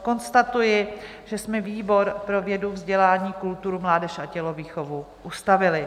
Konstatuji, že jsme výbor pro vědu, vzdělání, kulturu, mládež a tělovýchovu ustavili.